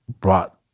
brought